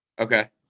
Okay